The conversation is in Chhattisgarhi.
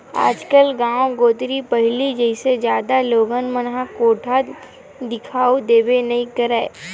आजकल गाँव कोती पहिली जइसे जादा लोगन मन घर कोठा दिखउल देबे नइ करय